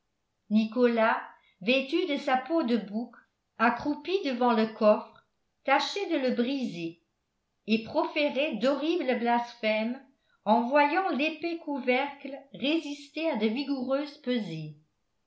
nicolas vêtu de sa peau de bouc accroupi devant le coffre tâchait de le briser et proférait d'horribles blasphèmes en voyant l'épais couvercle résister à de vigoureuses pesées